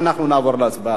לא נתקבלה.